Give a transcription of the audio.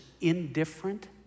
indifferent